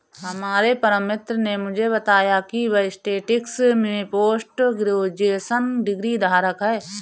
हमारे परम मित्र ने मुझे बताया की वह स्टेटिस्टिक्स में पोस्ट ग्रेजुएशन डिग्री धारक है